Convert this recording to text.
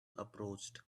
approached